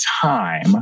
time